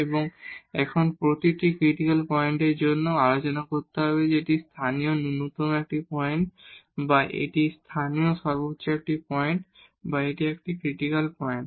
এবং এখন আমাদের প্রতিটি ক্রিটিকাল পয়েন্টের জন্য আলোচনা করতে হবে যে এটি লোকাল মিনিমা একটি পয়েন্ট বা এটি লোকাল ম্যাক্সিমা একটি পয়েন্ট বা এটি একটি ক্রিটিকাল পয়েন্ট